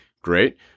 Great